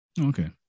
Okay